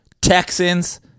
Texans